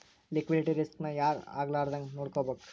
Liquidity risk ನ ಯಾರ್ ಆಗ್ಲಾರ್ದಂಗ್ ನೊಡ್ಕೊಬೇಕು?